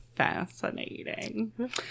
fascinating